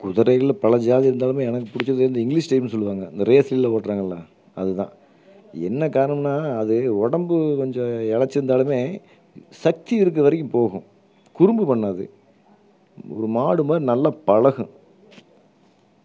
குதிரைகளில் பல ஜாதி இருந்தாலுமே எனக்கு பிடிச்சது இந்த இங்கிலீஷ் டைப்ன்னு சொல்லுவாங்க இந்த ரேஸ்லேலாம் ஓட்டுறாங்கள்ல அதுதான் என்ன காரணம்ன்னா அது உடம்பு கொஞ்சம் இளச்சிருந்தாலுமே சக்தி இருக்க வரைக்கும் போகும் குறும்பு பண்ணாது ஒரு மாடு மாதிரி நல்லா பழகும்